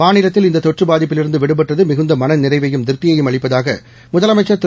மாநிலம்இந்ததொற்றுபாதிப்பில்இருந்துவிடுபட்டதுமிகுந்தமனநிறைவை யும்திருப்தியையும்அளிப்பதாகமுதலமைச்சர்திரு